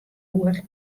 oer